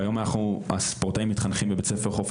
כיום הספורטאים מתחנכים בבית ספר חוף